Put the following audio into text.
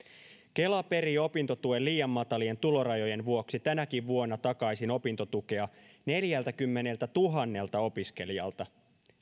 kela perii opintotuen liian matalien tulorajojen vuoksi tänäkin vuonna takaisin opintotukea neljältäkymmeneltätuhannelta opiskelijalta